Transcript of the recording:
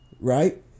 right